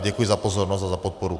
Děkuji za pozornost a za podporu.